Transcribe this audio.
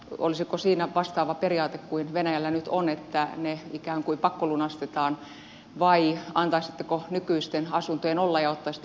olisiko siinä vastaava periaate kuin venäjällä nyt on että se ikään kuin pakkolunastetaan vai antaisitteko nykyisten asuntojen olla ja ottaisitte lain vaan käytäntöön